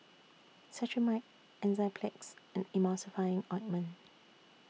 Cetrimide Enzyplex and Emulsying Ointment